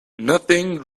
nothing